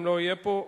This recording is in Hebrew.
ואם לא יהיה פה,